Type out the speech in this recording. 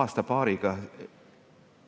aasta-paariga